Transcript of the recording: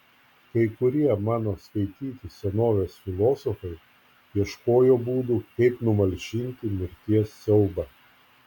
kai kurie mano skaityti senovės filosofai ieškojo būdų kaip numalšinti mirties siaubą